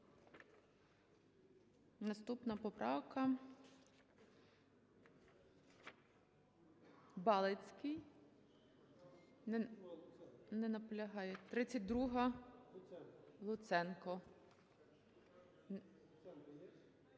Наступна поправка - Балицький. Не наполягає. 32-а, Луценко.